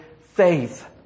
faith